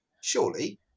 surely